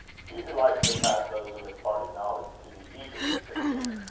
few delights surpass those of imparting knowledge to the eager recipient.